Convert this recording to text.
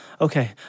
okay